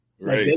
Right